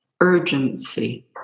urgency